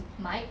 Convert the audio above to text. mike